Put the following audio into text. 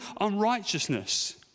unrighteousness